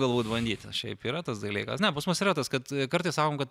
galbūt bandyti šiaip yra tas dalykas ne pas mus yra tas kad kartais sakom kad